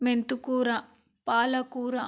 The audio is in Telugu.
మెంతి కూర పాలకూర